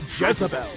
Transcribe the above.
jezebel